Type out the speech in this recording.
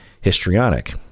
histrionic